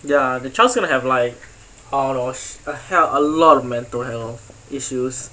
ya the child's gonna have like all those a hell lot of mental health issues